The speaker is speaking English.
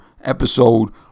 episode